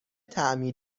طعمی